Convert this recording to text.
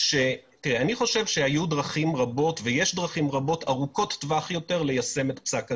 היו ויש דרכים רבות ארוכות טווח יותר ליישם את פסק הדין,